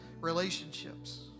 relationships